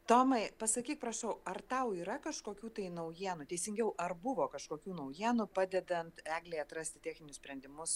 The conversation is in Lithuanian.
tomai pasakyk prašau ar tau yra kažkokių tai naujienų teisingiau ar buvo kažkokių naujienų padedant eglei atrasti techninius sprendimus